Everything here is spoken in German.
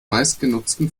meistgenutzten